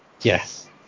Yes